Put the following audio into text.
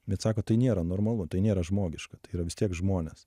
bet sako tai nėra normalu tai nėra žmogiška tai yra vis tiek žmonės